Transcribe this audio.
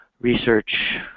research